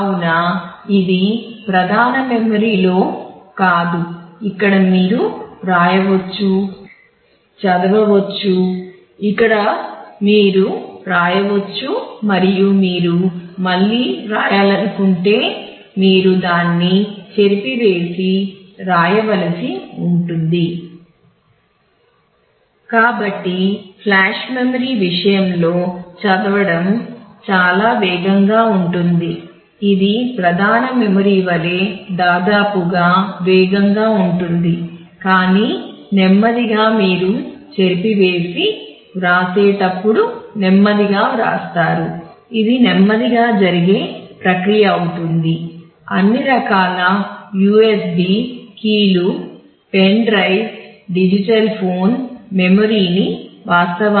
కావున ఇది ప్రధాన మెమరీ ని ఉపయోగిస్తాయి